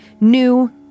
new